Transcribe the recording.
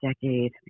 decade